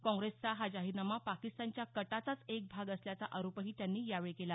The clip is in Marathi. काँग्रेसचा हा जाहीरनामा पाकिस्तानच्या कटाचाच एक भाग असल्याचा आरोपही त्यांनी यावेळी केला